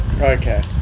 Okay